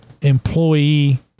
employee